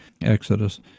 Exodus